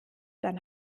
dann